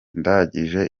ndangije